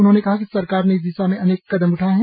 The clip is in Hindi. उन्होंने कहा कि सरकार ने इस दिशा अनेक कदम उठाये हैं